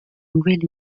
nouvel